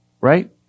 right